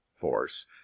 force